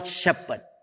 shepherd